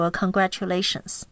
congratulations